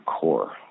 core